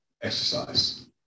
exercise